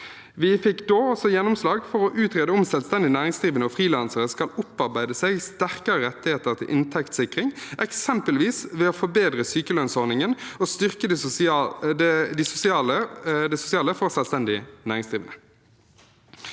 Vi fikk da også gjennomslag for å utrede om selvstendig næringsdrivende og frilansere skal opparbeide seg sterkere rettigheter til inntektssikring, eksempelvis ved å forbedre sykelønnsordningen og styrke det sosiale for selvstendig næringsdrivende.